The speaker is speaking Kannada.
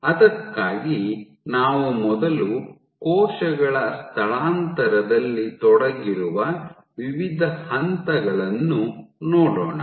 ಅದಕ್ಕಾಗಿ ನಾವು ಮೊದಲು ಕೋಶಗಳ ಸ್ಥಳಾಂತರದಲ್ಲಿ ತೊಡಗಿರುವ ವಿವಿಧ ಹಂತಗಳನ್ನು ನೋಡೋಣ